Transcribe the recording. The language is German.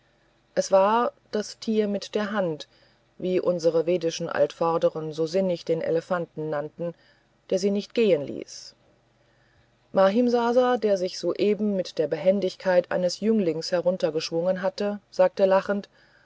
es war das tier mit der hand wie unsere vedischen altvordern so sinnig den elefanten genannt haben das sie nicht gehen ließ mahimsasa der sich soeben mit der behendigkeit eines jünglings heruntergeschwungen hatte sagte lachend